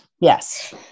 Yes